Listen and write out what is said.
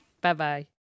Bye-bye